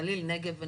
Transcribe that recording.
גליל, נגב?